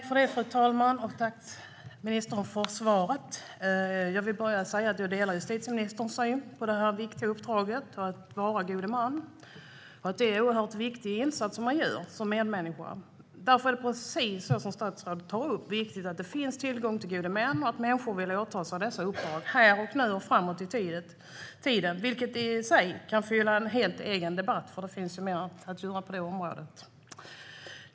Fru talman! Tack, ministern, för svaret! Jag vill börja med att säga att jag delar justitieministerns syn på det viktiga uppdraget att vara god man. Det är en oerhört viktig insats som man gör som medmänniska. Därför är det, precis så som statsrådet tar upp, viktigt att det finns tillgång till gode män och att människor vill åta sig dessa uppdrag här och nu och framåt i tiden. Det skulle i sig kunna fylla en helt egen debatt, för det finns ju mer att göra på det området.